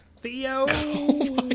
Theo